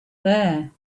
there